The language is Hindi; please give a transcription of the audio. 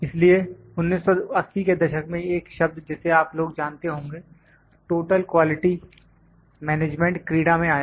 इसलिए 1980 के दशक में एक शब्द जिसे आप लोग जानते होंगे टोटल क्वालिटी मैनेजमेंट क्रीडा में आया